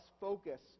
focus